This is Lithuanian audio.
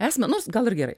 esmę nors gal ir gerai